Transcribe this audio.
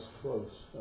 close